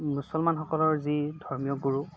মুছলমানসকলৰ যি ধৰ্মীয় গুৰু